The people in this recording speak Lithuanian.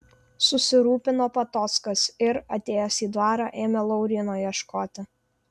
susirūpino patockas ir atėjęs į dvarą ėmė lauryno ieškoti